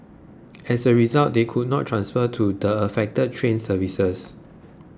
as a result they could not transfer to the affected train services